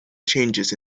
changes